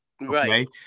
Right